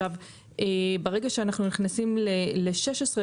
ברגע שאנחנו נכנסים לפסקה (16),